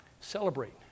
Celebrate